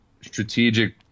strategic